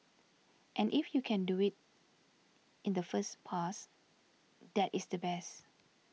and if you can do it in the first pass that is the best